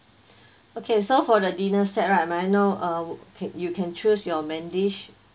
okay so for the dinner set right may I know uh can you can choose your main dish